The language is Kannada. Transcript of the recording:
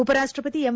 ಉಪರಾಷ್ಟ ಪತಿ ಎಂ